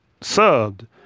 subbed